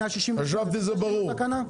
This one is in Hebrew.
של המוצר, חשבתי שזה ברור.